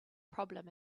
problem